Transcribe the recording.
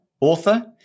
author